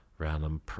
random